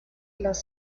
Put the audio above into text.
las